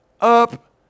up